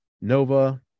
Nova